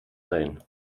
teen